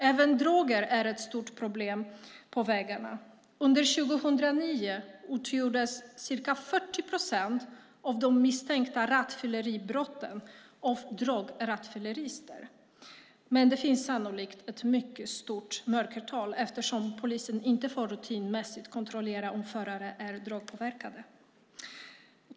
Även droger är ett stort problem i trafiken. Under 2009 utgjordes ca 40 procent av de misstänkta rattfylleribrottslingarna av drograttfyllerister, men det finns sannolikt ett stort mörkertal eftersom polisen inte får rutinmässigt kontrollera om förare är drogpåverkade.